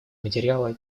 материала